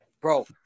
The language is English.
Bro